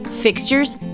fixtures